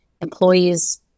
employees